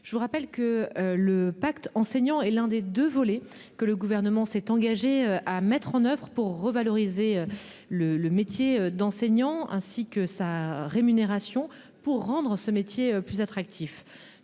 Je vous rappelle que le pacte enseignant est l'un des deux volets que le gouvernement s'est engagé à mettre en oeuvre pour revaloriser le le métier d'enseignant ainsi que sa rémunération pour rendre ce métier plus attractif.